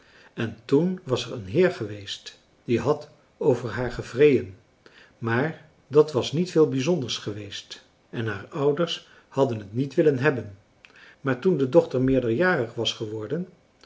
en toen was er een heer geweest die had over haar gevreeën maar dat was niet veel bijzonders geweest en haar ouders hadden het niet willen hebben maar toen de dochter meerderjarig was geworden